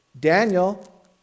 Daniel